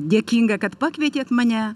dėkinga kad pakvietėt mane